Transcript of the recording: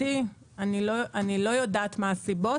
לא יודעת מה הסיבות,